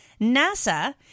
NASA